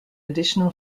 additional